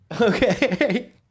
okay